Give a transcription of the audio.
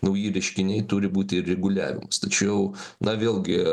nauji reiškiniai turi būt ir reguliavimas tačiau na vėlgi